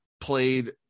played